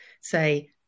say